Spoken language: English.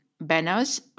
banners